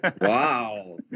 Wow